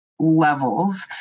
levels